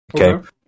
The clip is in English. Okay